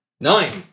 Nine